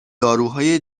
داروهای